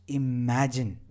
imagine